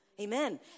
Amen